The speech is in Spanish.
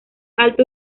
alto